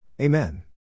Amen